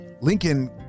lincoln